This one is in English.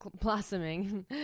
blossoming